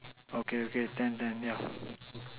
okay okay ten ten yeah